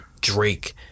Drake